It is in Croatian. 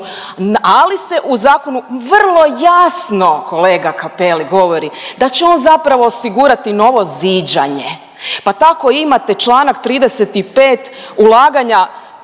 ali se u zakonu vrlo jasno, kolega Cappelli, govori, da će on zapravo osigurati novo ziđanje pa tako imate čl. 35, ulaganja